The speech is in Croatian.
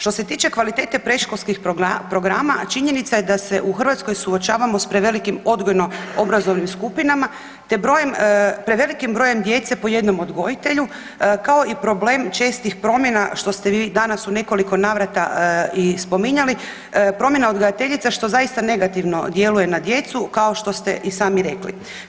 Što se tiče kvalitete predškolskih programa, a činjenica je da se u Hrvatskoj suočavamo sa prevelikim odgojno-obrazovnim skupinama, te prevelikim brojem djece po jednom odgojitelju kao i problem čestih promjena što ste vi danas u nekoliko navrata i spominjali, promjena odgajateljica što zaista negativno djeluje na djecu kao što ste i sami rekli.